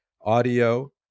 audio